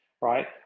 right